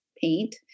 paint